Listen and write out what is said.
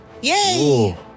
Yay